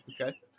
Okay